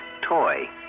toy